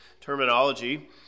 terminology